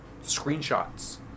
Screenshots